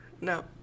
No